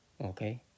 Okay